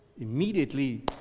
Immediately